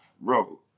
bro